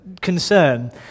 concern